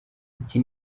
iki